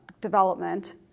development